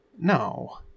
No